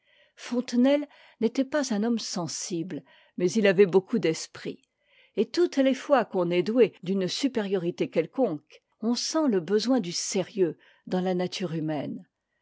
fontenelle n'était pas un homme sensible mais il àvait beaucoup d'esprit et toutes les fois qu'on est doué d'une supériorité quelconque on sent le besoin du sérieux dans la nature humaine